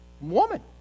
woman